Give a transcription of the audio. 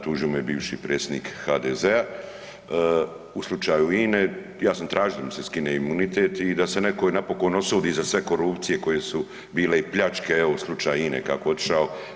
Tužio me bivši predsjednik HDZ-a u slučaju INA-e, ja sam tražio da mi se skine imunitet i da se neko napokon osudi za sve korupcije koje su bile i pljačke, evo u slučaju INA-e kako je otišao.